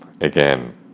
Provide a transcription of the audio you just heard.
again